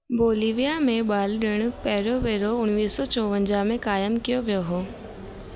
Bolivia में बाल ॾिण पहिरियों भेरो उणिवीह सौ चोवंजाह में क़ायमु कयो वियो हो